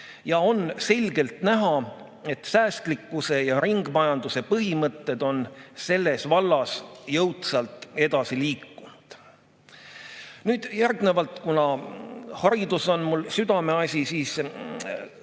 On selgelt näha, et säästlikkuse ja ringmajanduse põhimõtted on selles vallas jõudsalt edasi liikunud. Kuna haridus on mul südameasi, siis [toon